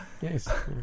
Yes